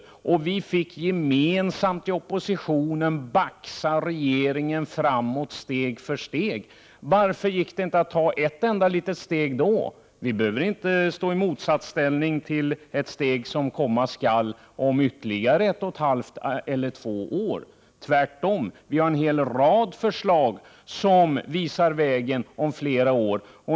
Vi i oppositionen fick gemensamt baxa regeringen framåt, steg för steg. Varför gick det inte att ta ett enda litet steg då? Det behöver inte handla om något som är i motsatsställning till ett steg som kommer om ytterligare ett och ett halvt eller två år, tvärtom. Vi har ju en hel rad förslag som visar den väg som skall gälla om flera år.